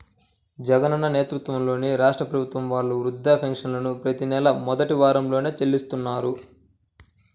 జగనన్న నేతృత్వంలోని రాష్ట్ర ప్రభుత్వం వాళ్ళు వృద్ధాప్య పెన్షన్లను ప్రతి నెలా మొదటి వారంలోనే చెల్లిస్తున్నారు